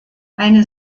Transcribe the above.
eine